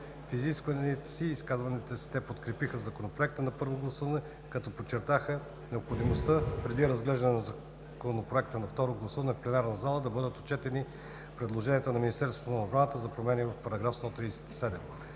Михов. В изказванията си те подкрепиха Законопроекта на първо гласуване, като подчертаха необходимостта преди разглеждане на Законопроекта на второ гласуване в пленарна зала, да бъдат отчетени предложенията на Министерството на отбраната за промени в § 137.